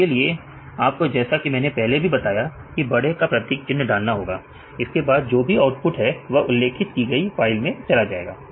इसके लिए आपको जैसा कि मैंने पहले भी बताया की बड़े का प्रतीक चिन्ह डालना होगा इसके बाद जो आउटपुट है वह उल्लेखित की गई फाइल में चला जाएगा